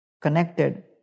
connected